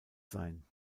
sein